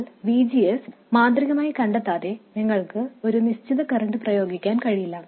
എന്നാൽ ഒരു നിശ്ചിത കറന്റ് കൊടുത്ത് V G S മാന്ത്രികമായി കണ്ടെത്താൻ കഴിയില്ല